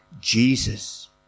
Jesus